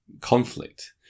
conflict